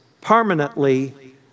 permanently